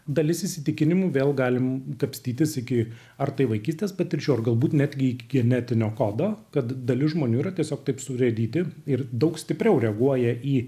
dalis įsitikinimu vėl galim kapstytis iki ar tai vaikystės patirčių ar galbūt netgi genetinio kodo kad dalis žmonių yra tiesiog taip surėdyti ir daug stipriau reaguoja į